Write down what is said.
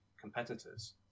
competitors